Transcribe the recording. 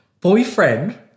Boyfriend